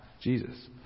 Jesus